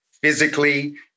physically